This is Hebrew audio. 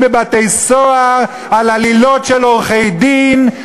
בבתי-סוהר על עלילות של עורכי-דין,